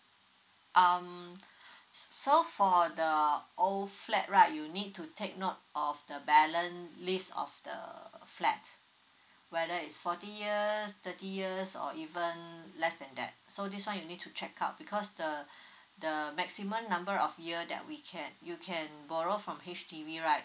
um so for the err old flat right you need to take note of the balance lease of the flat whether is forty years thirty years or even less than that so this one you need to check out because the the maximum number of year that we can you can borrow from H_D_B right